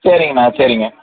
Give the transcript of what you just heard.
சரிங்கண்ணா சரிங்க